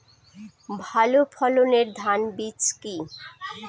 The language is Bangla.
ভালো ফলনের ধান বীজ কি?